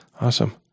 Awesome